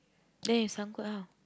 then if sangkut how